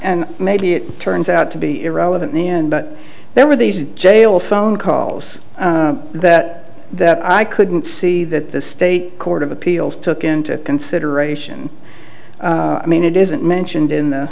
and maybe it turns out to be irrelevant in the end but there were these jail phone calls that that i couldn't see that the state court of appeals took into consideration i mean it isn't mentioned in the